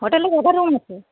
হোটেলে কটা রুম আছে